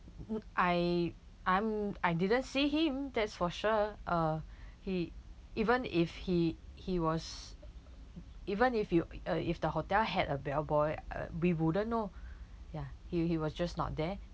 I I'm I didn't see him that's for sure uh he even if he he was even if you uh if the hotel had a bellboy uh we wouldn't know ya he he was just not there